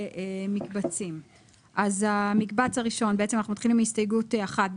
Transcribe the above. כך שיהיה שנה אחת יותר,